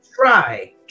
try